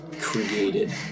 created